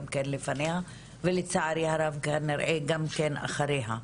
כן לפניה ולצערי הרב כנראה גם כן אחריה.